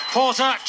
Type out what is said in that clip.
Porter